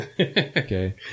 Okay